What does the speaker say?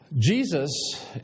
Jesus